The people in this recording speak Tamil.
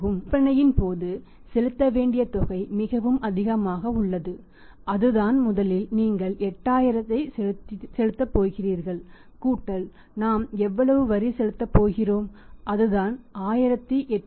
விற்பனையின் போது செலுத்த வேண்டிய தொகை மிகவும் அதிகமாக உள்ளது அதுதான்முதலில் நீங்கள் 8000ஐ செலுத்தப் போகிறீர்கள் நாம் எவ்வளவு வரி செலுத்தப் போகிறோம் அதுதான் 1830